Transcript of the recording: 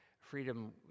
freedom